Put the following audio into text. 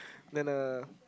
then uh